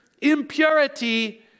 impurity